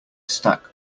stack